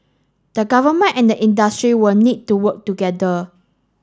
the Government and the industry will need to work together